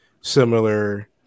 similar